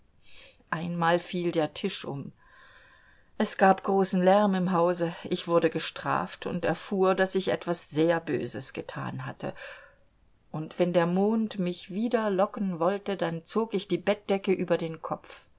einmal fiel der tisch um es gab großen lärm im hause ich wurde gestraft und erfuhr daß ich etwas sehr böses getan hatte und wenn der mond mich wieder locken wollte dann zog ich die bettdecke über den kopf